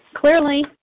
Clearly